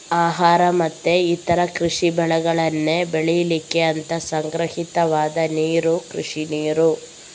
ಆಹಾರ ಮತ್ತೆ ಇತರ ಕೃಷಿ ಬೆಳೆಗಳನ್ನ ಬೆಳೀಲಿಕ್ಕೆ ಅಂತ ಸಂಗ್ರಹಿತವಾದ ನೀರು ಕೃಷಿ ನೀರು